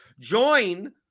Join